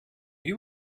you